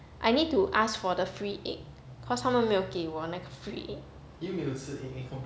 I need to ask for the free egg cause 他们没有给我那个 free egg